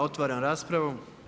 Otvaram raspravu.